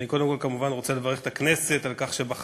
אני קודם כול כמובן רוצה לברך את הכנסת על כך שבחרה